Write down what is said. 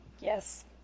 Yes